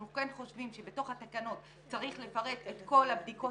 אנחנו כן חושבים שבתוך התקנות צריך לפרט את כל הבדיקות